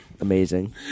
Amazing